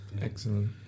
Excellent